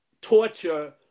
torture